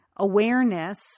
awareness